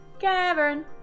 Cavern